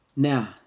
Now